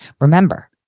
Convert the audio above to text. Remember